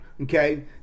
Okay